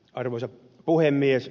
arvoisa puhemies